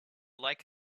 like